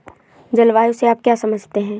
जलवायु से आप क्या समझते हैं?